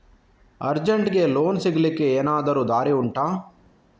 ಅರ್ಜೆಂಟ್ಗೆ ಲೋನ್ ಸಿಗ್ಲಿಕ್ಕೆ ಎನಾದರೂ ದಾರಿ ಉಂಟಾ